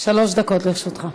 שלוש דקות לרשותך.